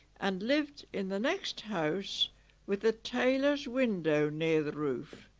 and lived in the next house with a tailor's window near the roof